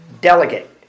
delegate